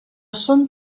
són